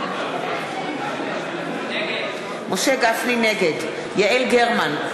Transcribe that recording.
נגד יעל גרמן,